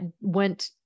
went